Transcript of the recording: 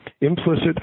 implicit